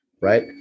right